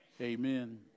amen